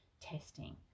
testing